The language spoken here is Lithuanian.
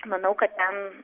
manau kad ten